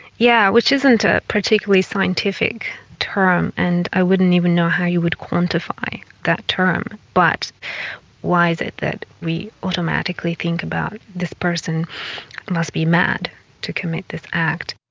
yeah which isn't a particularly scientific term and i wouldn't even know how you would quantify that term. but why is it that we automatically think about this person must be mad to commit this act?